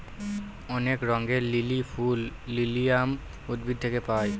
অনেক রঙের লিলি ফুল লিলিয়াম উদ্ভিদ থেকে পায়